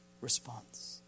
response